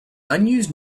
unused